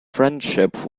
friendship